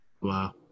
Wow